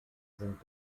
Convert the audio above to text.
sind